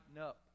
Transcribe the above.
up